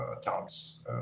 towns